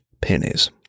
pennies